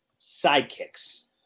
sidekicks